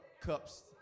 cups